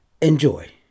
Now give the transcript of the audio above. Enjoy